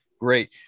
Great